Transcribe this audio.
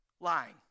lying